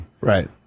Right